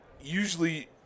Usually –